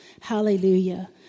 Hallelujah